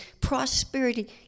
prosperity